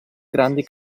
grandi